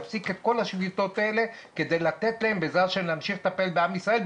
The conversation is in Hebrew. להפסיק את כל השביתות האלה כדי לאפשר להם להמשיך ולטפל בעם ישראל,